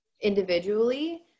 individually